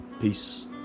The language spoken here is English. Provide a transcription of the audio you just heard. Peace